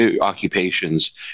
occupations